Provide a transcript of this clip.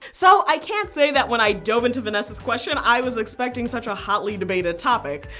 so i can't say that when i dove into vanessa's question i was expecting such a hotly debated topic.